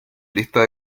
lista